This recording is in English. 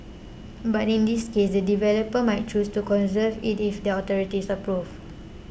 but in this case the developer might choose to conserve it if the authorities disapprove